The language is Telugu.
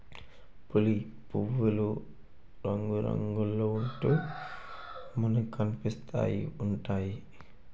పులి పువ్వులు రంగురంగుల్లో ఉంటూ మనకనిపిస్తా ఉంటాయి